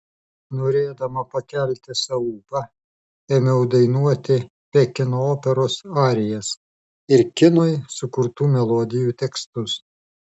norėdama pakelti sau ūpą ėmiau dainuoti pekino operos arijas ir kinui sukurtų melodijų tekstus